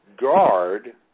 guard